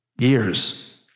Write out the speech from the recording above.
years